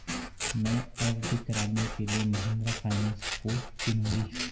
मैं एफ.डी कराने के लिए महिंद्रा फाइनेंस को चुनूंगी